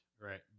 right